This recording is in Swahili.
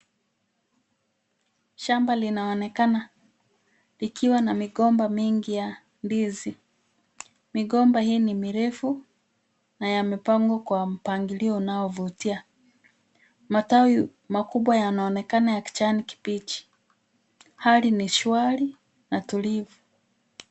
Shamba linaonekana likiwa na migomba mingi ya ndizi, migomba hii ni mirefu na yamepangwa kwa mpangilio inayovutia, matawi makubwa yanaonekana ya kijani kibichi, hali ni shwari na tulivu.